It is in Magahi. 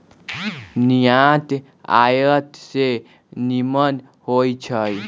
निर्यात आयात से निम्मन होइ छइ